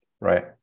right